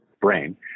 brain